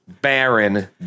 Baron